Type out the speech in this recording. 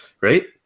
right